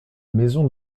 maison